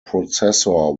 processor